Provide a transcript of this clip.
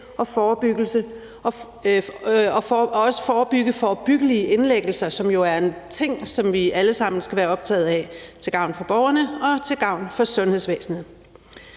også skal forebygge forebyggelige indlæggelser, som jo er en ting, som vi alle sammen skal være optaget af til gavn for borgerne og til gavn for sundhedsvæsenet.